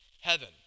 heaven